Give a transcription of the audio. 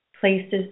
places